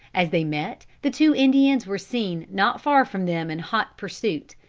as they met, the two indians were seen not far from them in hot pursuit.